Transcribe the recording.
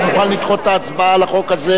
אתה מוכן לדחות את ההצבעה על החוק הזה